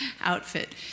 outfit